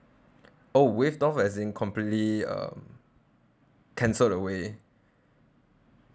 oh waived off as in completely uh cancelled away